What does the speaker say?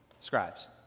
scribes